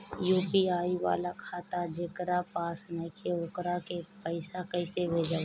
UPI वाला खाता जेकरा पास नईखे वोकरा के पईसा कैसे भेजब?